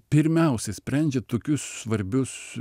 pirmiausia sprendžia tokius svarbius